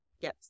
yes